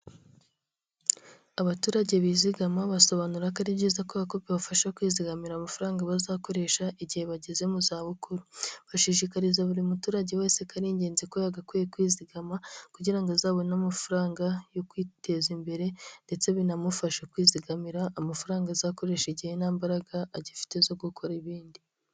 Abaturage bizigama basobanura ko ari byiza kubera ko bibafasha kwizigamira amafaranga bazakoresha igihe bageze mu zabukuru. Bashishikariza buri muturage wese ko ari ingenzi ko yagakwiye kwizigama, kugira ngo azabone amafaranga yo kwiteza imbere ndetse binamufashe kwizigamira amafaranga azakoresha igihe nta mbaraga agifite zo gukora ibindi.